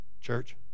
Church